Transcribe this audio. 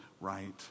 right